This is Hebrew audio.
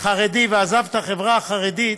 חרדי ועזב את החברה החרדית,